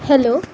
hello